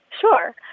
Sure